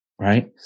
right